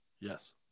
Yes